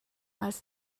als